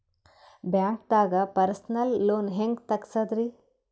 ಬ್ಯಾಂಕ್ದಾಗ personal loan ಹೆಂಗ್ ತಗ್ಸದ್ರಿ?